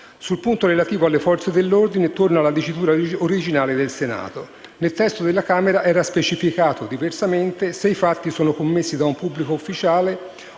Sul punto relativo alle Forze dell'ordine, torna la dicitura originale del Senato. Nel testo della Camera era invece specificato: «Se i fatti (...) sono commessi da un pubblico ufficiale